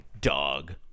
dog